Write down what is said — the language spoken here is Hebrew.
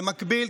במקביל,